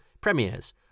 premieres